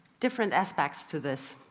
different aspects to this.